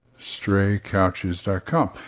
StrayCouches.com